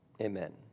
Amen